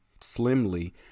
slimly